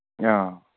ꯑꯥ